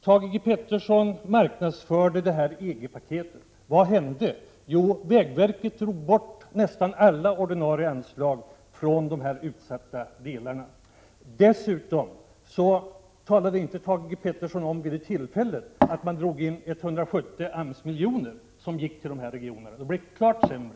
Thage G Peterson marknadsförde EG-paketet. Vad hände? Jo, vägverket drog bort nästan alla ordinarie anslag från de utsatta landsdelarna. Dessutom talade Thage G Peterson vid det tillfället inte om att man drog in 170 AMS miljoner, som skulle ha gått till dessa regioner. Det blev klart sämre.